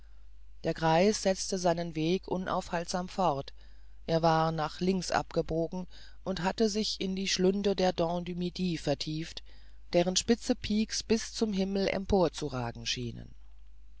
der greis setzte seinen weg unaufhaltsam fort er war nach links abgebogen und hatte sich in die schlünde der dents du midi vertieft deren spitzige pics bis zum himmel emporzuragen schienen